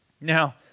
Now